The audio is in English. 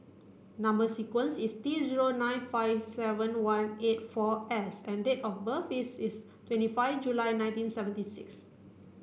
number sequence is T zero nine five seven one eight four S and date of birth is is twenty five July nineteen seventy six